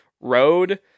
road